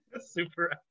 Super